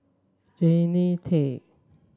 Jannie Tay